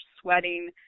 sweating